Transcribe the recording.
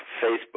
Facebook